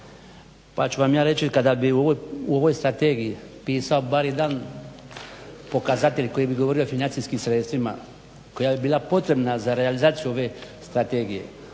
pa ću vam ja reći kada bi u ovoj Strategiji pisao bar jedan pokazatelj koji bi govorio o financijskim sredstvima, koja bi bila potrebna za realizaciju ove Strategije